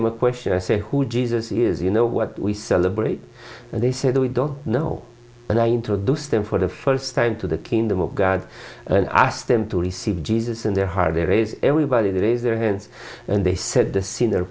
him a question say who jesus is you know what we celebrate and they say that we don't know and i introduce them for the first time to the kingdom of god and i asked them to receive jesus in their heart there is everybody that is their hands and they said the seen the